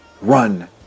run